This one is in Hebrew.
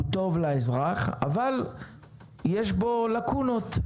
הוא טוב לאזרח אבל יש בו לקונות.